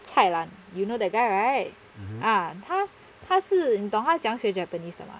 蔡澜 you know that guy right ah 他他是你懂他是怎样学 japanese 的吗